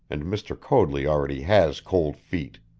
and mr. coadley already has cold feet!